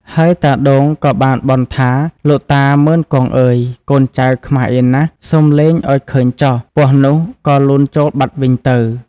ហើយតាដូងក៏បានបន់ថា លោកតា មុឺន-គង់ អើយ កូនចៅខ្មាសអៀនណាស់ សុំលែងឲ្យឃើញចុះ ពស់នោះក៏លូនចូលបាត់វិញទៅ។